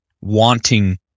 wanting